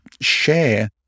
share